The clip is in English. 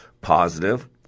positive